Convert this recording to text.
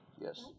Yes